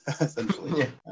Essentially